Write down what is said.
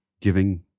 giving